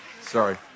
Sorry